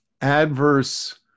adverse